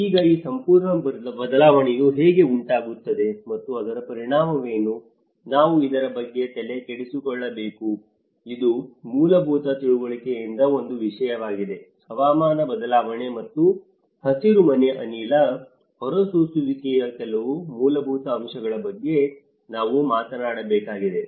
ಈಗ ಈ ಸಂಪೂರ್ಣ ಬದಲಾವಣೆಯು ಹೇಗೆ ಉಂಟಾಗುತ್ತದೆ ಮತ್ತು ಅದರ ಪರಿಣಾಮವೇನು ನಾವು ಇದರ ಬಗ್ಗೆ ಏಕೆ ತಲೆಕೆಡಿಸಿಕೊಳ್ಳಬೇಕು ಇದು ಮೂಲಭೂತ ತಿಳುವಳಿಕೆಯಿಂದ ಒಂದು ವಿಷಯವಾಗಿದೆ ಹವಾಮಾನ ಬದಲಾವಣೆ ಮತ್ತು ಹಸಿರುಮನೆ ಅನಿಲ ಹೊರಸೂಸುವಿಕೆಯ ಕೆಲವು ಮೂಲಭೂತ ಅಂಶಗಳ ಬಗ್ಗೆ ನಾನು ಮಾತನಾಡಬೇಕಾಗಿದೆ